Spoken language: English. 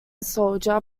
soldier